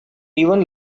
even